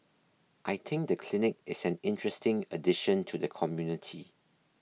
I think the clinic is an interesting addition to the community